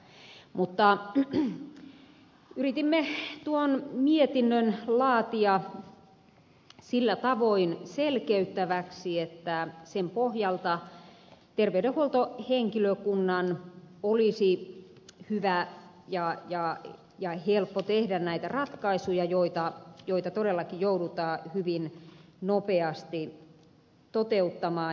mutta yritimme tuon mietinnön laatia sillä tavoin selkeyttäväksi että sen pohjalta terveydenhuoltohenkilökunnan olisi hyvä ja helppo tehdä näitä ratkaisuja joita todellakin joudutaan hyvin nopeasti toteuttamaan